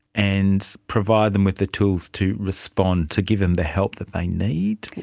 and provide them with the tools to respond, to give them the help that they need?